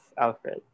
Alfred